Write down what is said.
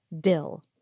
Dill